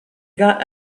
got